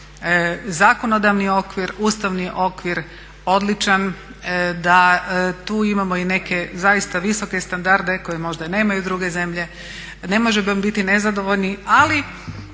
zakonodavni okvir, ustavni okvir odličan, da tu imamo i neke zaista visoke standarde koji možda i nemaju druge zemlje. Ne možemo biti nezadovoljni ali